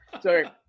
Sorry